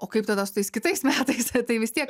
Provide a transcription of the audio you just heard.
o kaip tada su tais kitais metais tai vis tiek